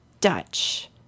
Dutch